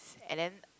and then